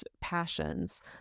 passions